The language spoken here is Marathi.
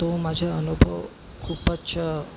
तो माझा अनुभव खूपच